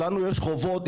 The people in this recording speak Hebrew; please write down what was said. לנו יש חובות.